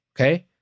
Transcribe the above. okay